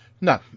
No